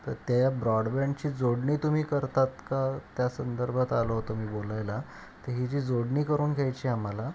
तर त्या ब्रॉडबँडची जोडणी तुम्ही करतात का त्या संदर्भात आलो होतो मी बोलायला तर ही जी जोडणी करून घ्यायची आम्हाला